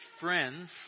friends